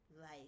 life